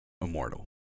immortal